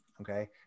okay